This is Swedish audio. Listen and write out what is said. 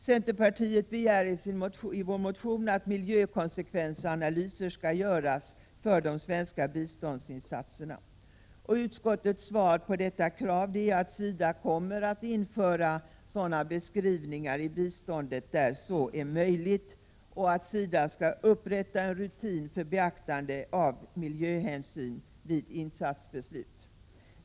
Centerpartiet begär i sin motion att miljökonsekvensanalyser skall göras för de svenska biståndsinsatserna. Utskottets svar på detta krav är att SIDA kommer att införa miljökonsekvensbeskrivningar i biståndet där så är möjligt och att SIDA skall upprätta en rutin för beaktande av miljöhänsyn vid insatsbeslut.